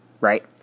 right